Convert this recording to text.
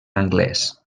anglès